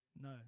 No